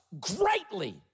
greatly